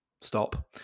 stop